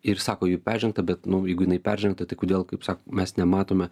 ir sako jei peržengta bet nu jeigu jinai peržengta tai kodėl kaip sako mes nematome